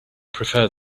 prefer